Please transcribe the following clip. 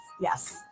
Yes